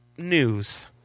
News